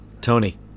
Tony